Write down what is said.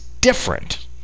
different